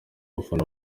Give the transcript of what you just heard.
bafana